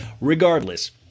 Regardless